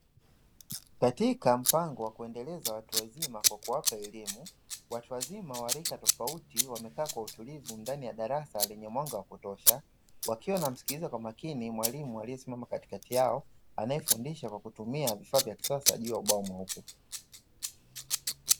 Katika mpango wa kuendeleza watu wazima kwa kuwapa elimu, watu wazima wa rika tofauti wamekaa kwa utulivu ndani ya darasa lenye mwanga wa kutosha. Wakiwa wanamskiliza kwa makini mwalimu aliesimama katikati yao, anayefundisha kwa kutumia vifaa vya kisasa juu ya ubao mweupe.